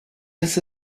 this